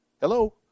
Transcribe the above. Hello